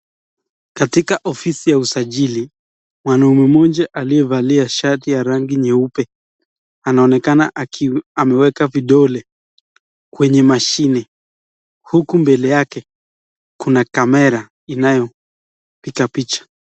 Katika ofisi ya usajili, mwanaume mmoja aliyevalia shati ya rangi nyeupe anaonekana ameweka vidole kwenye mashine uku mbele yake kuna kamera inayopiga picha.